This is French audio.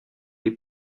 les